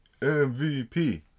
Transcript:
MVP